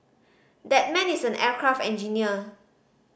that man is an aircraft engineer